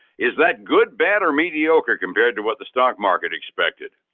is that good bad or mediocre compared to what the stock market expected?